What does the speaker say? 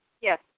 Yes